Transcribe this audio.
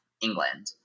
England